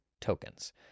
tokens